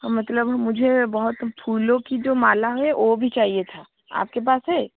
हाँ मतलब मुझे बहुत फूलों की जो माला है वह भी चाहिए था आपके पास है